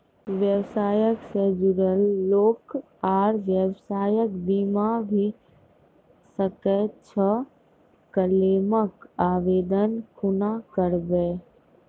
व्यवसाय सॅ जुड़ल लोक आर व्यवसायक बीमा भऽ सकैत छै? क्लेमक आवेदन कुना करवै?